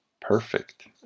perfect